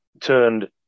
turned